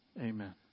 Amen